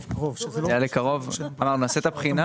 לגבי קרוב, אמרנו שנעשה את הבחינה.